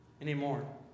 anymore